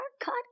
cut